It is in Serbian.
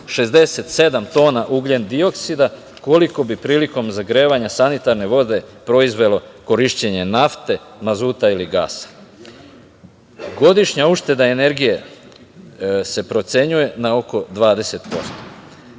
67 tona ugljendioksida, koliko bi prilikom zagrevanja sanitarne vode proizvelo korišćenje nafte, proizvodnje mazuta ili gasa. Godišnja ušteda energije se procenjuje na oko 20%.